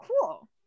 cool